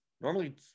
Normally